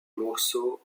morceau